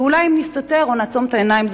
ואולי אם נסתתר או נעצום את העיניים,